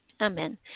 amen